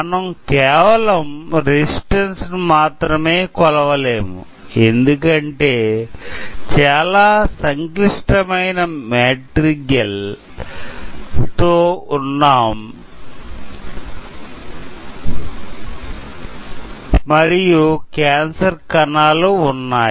మనం కేవలం రెసిస్టెన్స్ ను మాత్రమే కొలవలేము ఎందుకంటే చాలా సంక్లిష్టమైన మేట్రిగెల్ తో ఉన్నాం మరియు క్యాన్సర్ కణాలు ఉన్నాయి